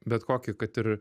bet kokį kad ir